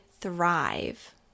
thrive